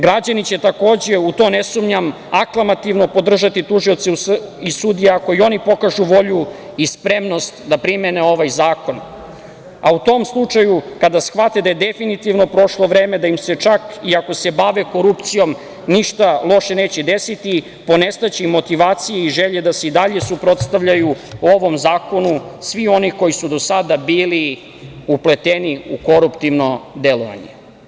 Građani će takođe, u to ne sumnjam, aklamativno podržati tužioce i sudije ako oni pokažu volju i spremnost da primene ovaj zakon, a u tom slučaju, kada shvate da je definitivno prošlo vreme, da im se, čak iako se bave korupcijom, ništa loše neće desiti, ponestaće motivacije i želje da se i dalje suprotstavljaju ovom zakonu svi oni koji su do sada bili upleteni u koruptivno delovanje.